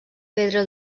pedra